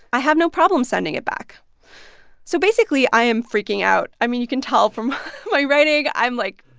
i have no problem sending it back so basically, i am freaking out. i mean, you can tell from my writing. i'm, like,